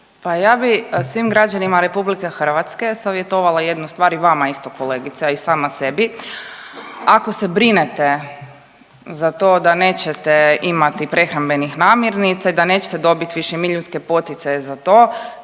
Pa ja bih svim građanima RH savjetovala jednu stvar, i vama isto kolegice, a i sama sebi, ako se brinete za to da nećete imati prehrambenih namirnica i da nećete dobiti višemilijunske poticaje za to,